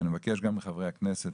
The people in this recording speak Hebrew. אני מבקש גם מחברי הכנסת,